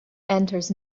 enters